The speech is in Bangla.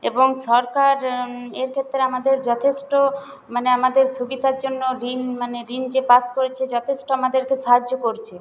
এবং সরকার এর ক্ষেত্রে আমাদের যথেষ্ট মানে আমাদের সুবিধার জন্য ঋণ মানে ঋণ যে পাশ করেছে যথেষ্ট আমাদেরকে সাহায্য করছে